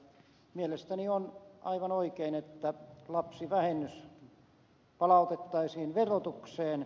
mielestäni on aivan oikein että lapsivähennys palautettaisiin verotukseen